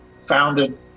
founded